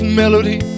melody